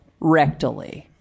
rectally